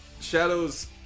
Shadow's